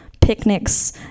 picnics